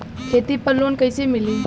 खेती पर लोन कईसे मिली?